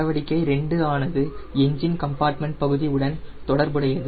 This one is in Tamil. நடவடிக்கை 2 ஆனது என்ஜின் கம்பார்ட்மெண்ட் பகுதி உடன் தொடர்புடையது